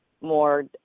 more